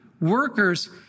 workers